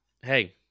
Hey